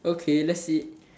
okay that's it